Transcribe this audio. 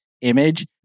image